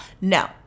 No